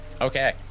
Okay